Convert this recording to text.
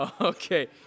Okay